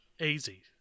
Easy